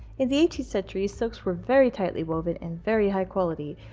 in the eighteenth century, silks were very tightly woven, and very high quality.